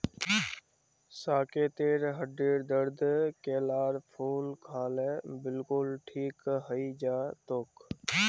साकेतेर हड्डीर दर्द केलार फूल खा ल बिलकुल ठीक हइ जै तोक